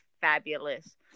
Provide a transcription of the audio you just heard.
fabulous